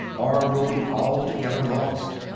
or will be altogether lost.